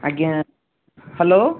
ଆଜ୍ଞା ହ୍ୟାଲୋ